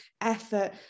effort